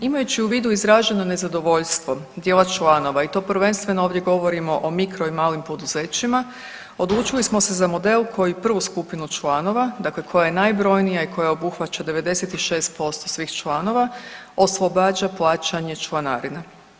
Imajući u vidu izraženo nezadovoljstvo dijela članova i to prvenstveno ovdje govorimo o mikro i malim poduzećima, odlučili smo se za model koji prvu skupinu članova, dakle koja je najbrojnija i koja obuhvaća 96% svih članova oslobađa plaćanja članarine.